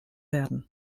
werden